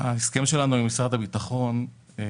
ההסכם שלנו עם משרד הביטחון הוא